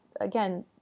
again